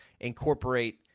incorporate